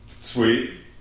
Sweet